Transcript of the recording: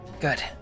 Good